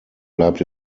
bleibt